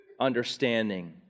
Understanding